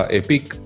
epic